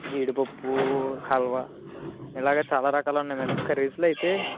జీడి పొప్పు హల్వా ఇలాగే చాలా రకాలు ఉన్నాయి మ్యాడమ్ కర్రీస్ లో అయితే